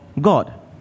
God